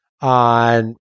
on